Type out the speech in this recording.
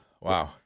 Wow